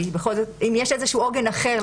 אם יש איזשהו עוגן אחר,